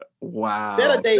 Wow